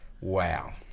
Wow